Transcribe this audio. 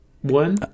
one